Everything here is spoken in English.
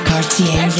Cartier